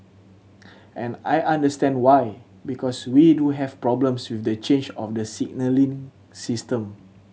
and I understand why because we do have problems with the change of the signalling system